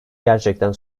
gerçekten